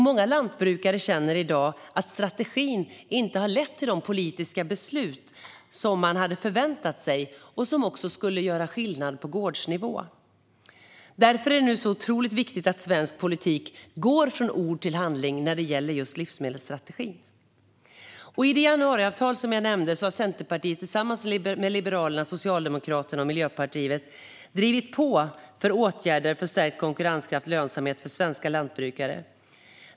Många lantbrukare känner i dag att strategin inte har lett till de politiska beslut som de hade förväntat sig och som skulle göra skillnad på gårdsnivå. Därför är det nu otroligt viktigt att svensk politik går från ord till handling när det gäller just livsmedelsstrategin. I det januariavtal som jag nämnde har Centerpartiet tillsammans med Liberalerna, Socialdemokraterna och Miljöpartiet drivit på för åtgärder för stärkt konkurrenskraft och lönsamhet för svenska lantbrukare.